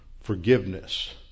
forgiveness